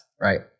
Right